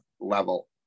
level